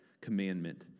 commandment